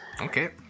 Okay